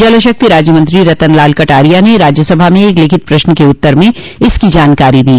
जलशक्ति राज्य मंत्री रतनलाल कटारिया ने राज्यसभा में एक लिखित प्रश्न के उत्तर में इसकी जानकारी दी